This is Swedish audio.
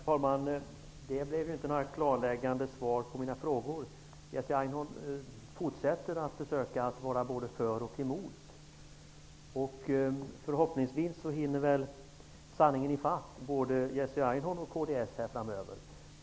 Herr talman! Det blev inte några klarläggande svar på mina frågor. Jerzy Einhorn fortsätter att försöka vara både för och emot. Förhoppningsvis hinner sanningen ifatt både Jerzy Einhorn och kds framöver.